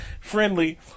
Friendly